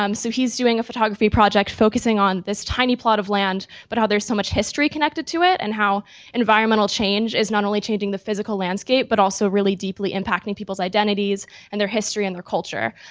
um so he's doing a photography project, focusing on this tiny plot of land, but how there's so much history connected to it and how environmental change is not only changing the physical landscape, but also really deeply impacting people's identities and their history and their culture.